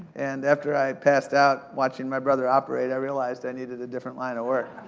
and after i passed out watching my brother operate, i realized i needed a different line of work.